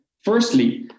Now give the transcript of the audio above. firstly